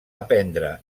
aprendre